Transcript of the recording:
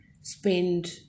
spend